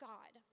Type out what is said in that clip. God